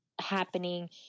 happening